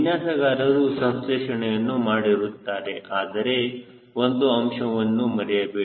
ವಿನ್ಯಾಸಗಾರರು ಸಂಸ್ಲೇಷಣೆಯನ್ನು ಮಾಡುತ್ತಾರೆ ಆದರೆ ಒಂದು ಅಂಶವನ್ನು ಮರೆಯಬೇಡಿ